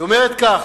היא אומרת כך: